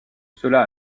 cela